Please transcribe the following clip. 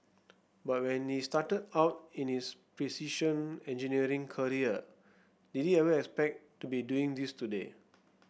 but when he started out in his precision engineering career did he ever expect to be doing this today